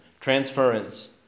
Transference